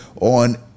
on